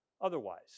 otherwise